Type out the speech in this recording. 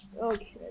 Okay